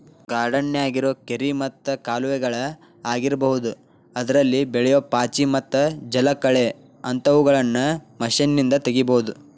ಗಾರ್ಡನ್ಯಾಗಿರೋ ಕೆರಿ ಮತ್ತ ಕಾಲುವೆಗಳ ಆಗಿರಬಹುದು ಅದ್ರಲ್ಲಿ ಬೆಳಿಯೋ ಪಾಚಿ ಮತ್ತ ಜಲಕಳೆ ಅಂತವುಗಳನ್ನ ಮಷೇನ್ನಿಂದ ತಗಿಬಹುದು